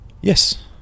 yes